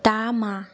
दा मा